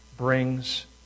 Brings